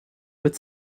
but